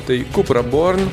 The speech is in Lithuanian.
tai kupra born